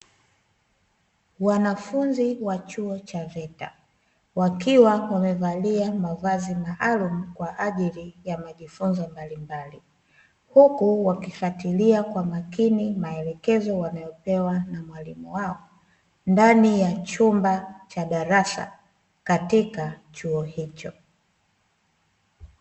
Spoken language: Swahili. Wanafunzi wa chuo cha VETA, wakiwa wamevalia mavazi maalumu kwa ajili ya majifunzo mbalimbali, huku wakifuatilia kwa makini maelekezo wanayopewa na mwalimu wao, ndani ya chumba cha darasa katika chuo hicho.